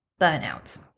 burnout